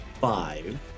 five